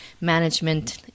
management